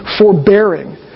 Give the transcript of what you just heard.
forbearing